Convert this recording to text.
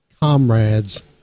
comrades